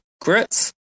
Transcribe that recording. Grits